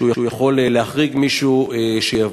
שהוא יכול להחריג מישהו שיבוא.